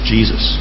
Jesus